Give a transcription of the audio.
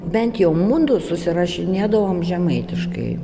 bent jau mudu susirašinėdavom žemaitiškai